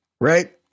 right